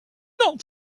not